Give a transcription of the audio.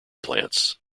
plants